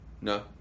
No